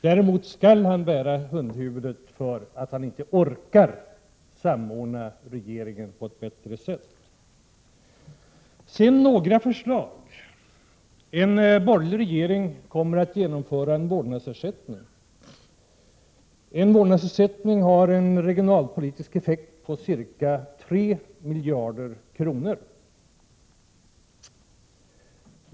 Däremot skall han bära hundhuvudet för att han inte orkar samordna regeringen på ett bättre sätt. Sedan några förslag! En borgerlig regering kommer att genomföra en vårdnadsersättning. En vårdnadsersättning har en regionalpolitisk effekt på ca 3 miljarder kronor.